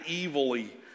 evilly